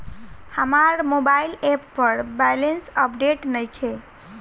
हमार mobile app पर balance update नइखे